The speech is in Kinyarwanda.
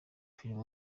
filime